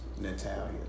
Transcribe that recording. Natalia